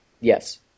Yes